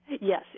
Yes